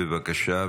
בבקשה,